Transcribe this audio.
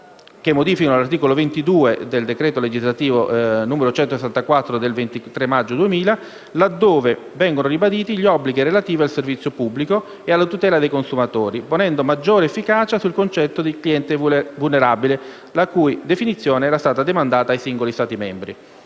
che modificano l'articolo 22 del decreto legislativo 23 maggio 2000, n. 164, laddove vengono ribaditi gli obblighi relativi al servizio pubblico e alla tutela dei consumatori ponendo maggior efficacia sul concetto di cliente vulnerabile la cui definizione era stata demandata ai singoli Stati membri.